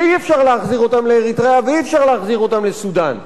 שאי-אפשר להחזיר אותם לאריתריאה ואי-אפשר להחזיר אותם לסודן.